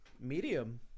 Medium